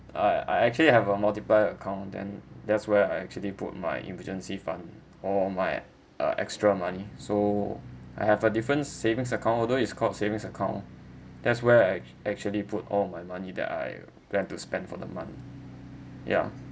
uh I I actually have a multiple account then that's where I actually put my emergency fund or my uh extra money so I have a different savings account although is called savings account that's where I act~ actually put all my money that I plan to spend for the month yeah